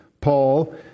Paul